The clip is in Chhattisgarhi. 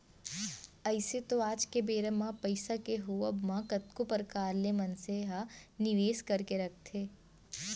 अइसे तो आज के बेरा म पइसा के होवब म कतको परकार ले मनसे ह निवेस करके रखथे